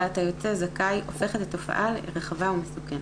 אתה יוצא זכאי הופכת לתופעה רחבה ומסוכנת".